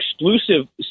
exclusive